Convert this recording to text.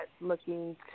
looking